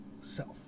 self